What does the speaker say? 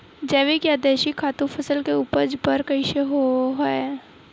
जैविक या देशी खातु फसल के उपज बर कइसे होहय?